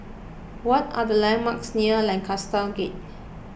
What are the landmarks near Lancaster Gate